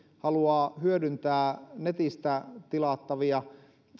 haluaa hyödyntää netistä tilattavia